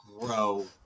grow